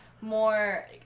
more